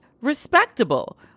respectable